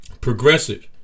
progressive